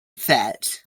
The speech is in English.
fit